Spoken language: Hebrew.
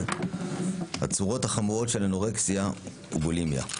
הצורות החמורות של אנורקסיה ובולימיה.